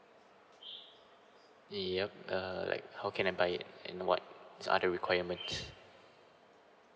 yup uh like how can I buy it and what are the requirements